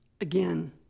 again